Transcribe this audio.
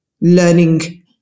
learning